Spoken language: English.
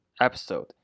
episode